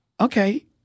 okay